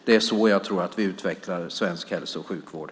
Det är så jag tror att vi utvecklar svensk hälso och sjukvård.